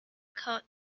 coat